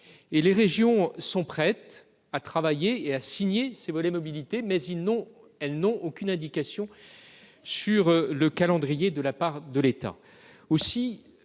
Les régions sont prêtes à travailler et signer ces volets mobilité, mais elles n'ont aucune indication sur le calendrier prévu par l'État.